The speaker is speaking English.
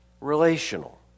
relational